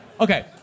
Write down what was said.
Okay